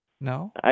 No